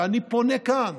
ואני פונה כאן